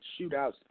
shootouts